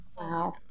Wow